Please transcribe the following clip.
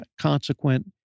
consequent